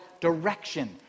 direction